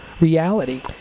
reality